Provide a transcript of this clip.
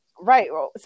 Right